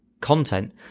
content